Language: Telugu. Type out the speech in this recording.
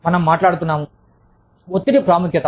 మనం మాట్లాడుతున్నాము ఒత్తిడి ప్రాముఖ్యత